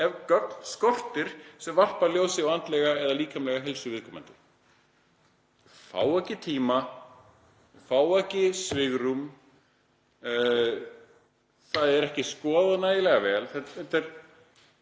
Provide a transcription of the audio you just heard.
skortir sem varpa ljósi á andlega eða líkamlega heilsu viðkomandi. Þau fá ekki tíma, fá ekki svigrúm. Það er ekki skoðað nægilega vel. Þetta eru